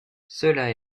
cela